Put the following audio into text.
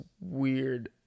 weird